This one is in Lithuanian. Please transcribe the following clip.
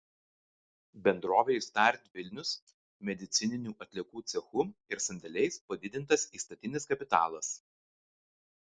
bendrovei start vilnius medicininių atliekų cechu ir sandėliais padidintas įstatinis kapitalas